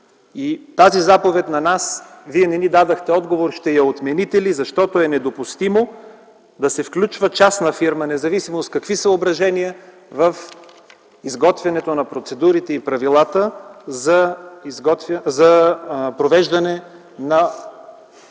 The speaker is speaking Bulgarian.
тази заповед. Вие не ни дадохте отговор ще я отмените ли, защото е недопустимо да се включва частна фирма, независимо с какви съображения в изготвянето на процедурите и правилата за провеждане на дейности